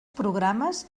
programes